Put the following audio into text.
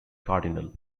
cardinal